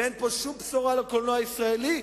ואין פה שום בשורה לקולנוע הישראלי.